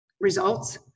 results